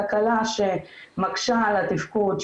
תקלה שמקשה על התפקוד,